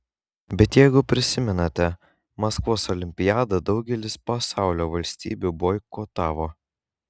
bet jeigu prisimenate maskvos olimpiadą daugelis pasaulio valstybių boikotavo